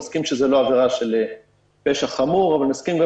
אני מסכים שזו לא עבירה של פשע חמור אבל מסכים גם